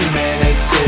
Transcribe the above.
minutes